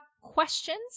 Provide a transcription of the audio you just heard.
questions